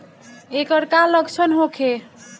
ऐकर का लक्षण होखे?